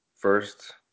First